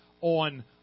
on